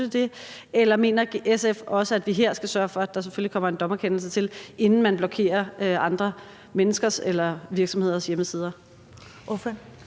eller mener SF også, at vi her skal sørge for, at der selvfølgelig kommer en dommerkendelse til, inden man blokerer andre menneskers eller virksomheders hjemmesider?